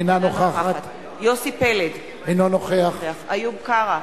אינה נוכחת יוסי פלד, אינו נוכח איוב קרא,